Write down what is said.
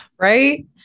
right